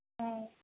ஆ